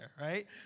right